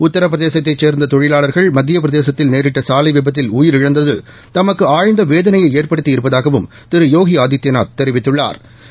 உத்திரபிரதேசத்தைச் சேர்ந்த தொழிலாளர்கள் மத்திய பிரதேசத்தில் நேரிட்ட சாலை விபத்தில் உயிரிழந்தது தமக்கு ஆழ்ந்த வேதனையை ஏற்படுத்தி இருப்பதாகவும் திரு யோகி ஆதித்பநாத் தெரிவித்துள்ளாா்